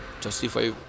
justify